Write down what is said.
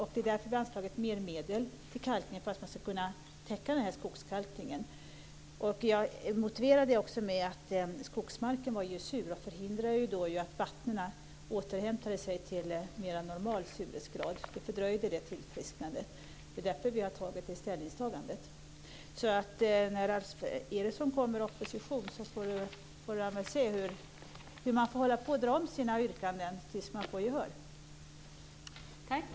Vi har anslagit mer medel till kalkning för att man ska kunna täcka den här skogskalkningen. Jag motiverade det också med att skogsmarken är sur och förhindrar att vattnen återhämtar sig till mer normal surhetsgrad. Det fördröjer tillfrisknandet. Det är därför vi har gjort det här ställningstagandet. När Alf Eriksson kommer i opposition får han se hur man måste dra om sina yrkanden tills man får gehör för dem.